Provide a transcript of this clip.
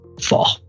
fall